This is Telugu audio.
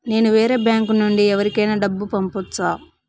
నేను వేరే బ్యాంకు నుండి ఎవరికైనా డబ్బు పంపొచ్చా?